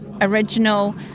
original